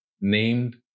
named